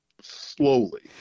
slowly